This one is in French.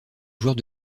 joueurs